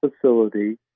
facility